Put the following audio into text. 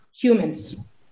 humans